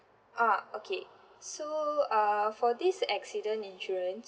ah okay so uh for this accident insurance